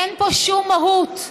אין פה שום מהות.